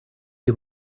see